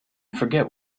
forget